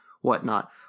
whatnot